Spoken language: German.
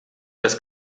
das